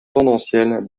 tendancielle